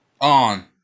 On